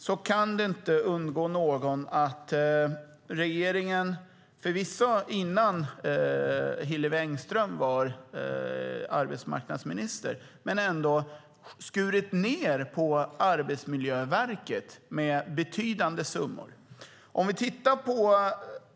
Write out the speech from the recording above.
Det kan inte undgå någon att regeringen - förvisso innan Hillevi Engström blev arbetsmarknadsminister - har skurit ned på Arbetsmiljöverket med betydande summor.